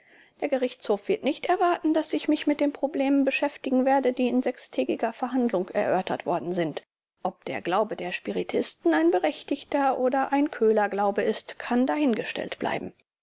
der gerichtshof wird nicht erwarten daß ich mich mit den problemen beschäftigen werde die in sechstägiger verhandlung erörtert worden sind ob der glaube der spiritisten ein berechtigter oder ein köhlerglaube ist kann dahingestellt bleiben